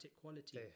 quality